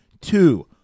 two